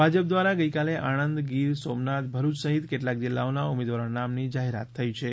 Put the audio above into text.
ભાજપ દ્વારા ગઇકાલે આણંદ ગીર સોમનાથ ભરૃય સહિત કેટલાંક જિલ્લાઓના ઉમેદવારોના નામની જાહેરાત થઈ છે